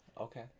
Okay